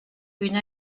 une